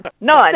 none